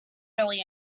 really